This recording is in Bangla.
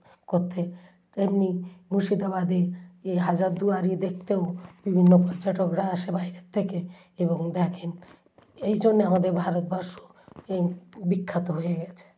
করতে তেমনি মুর্শিদাবাদে এই হাজারদুয়ারি দেখতেও বিভিন্ন পর্যটকরা আসে বাইরের থেকে এবং দেখেন এই জন্য আমাদের ভারতবর্ষ এই বিখ্যাত হয়ে গিয়েছে